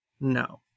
no